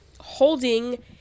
holding